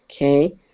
okay